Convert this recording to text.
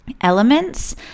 elements